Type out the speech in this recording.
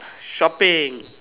shopping